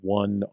one